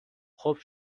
خوب